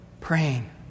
Praying